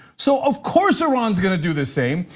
so of course, iran is gonna do the same,